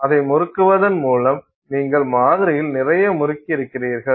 அதை முறுக்குவதன் மூலம் நீங்கள் மாதிரியில் நிறைய முறுக்ய்கிறீர்கள்